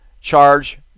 charge